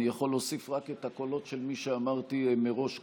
אני יכול להוסיף רק את הקולות של מי שאמרתי מראש קודם.